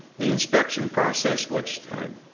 the inspection process which i